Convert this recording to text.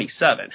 1927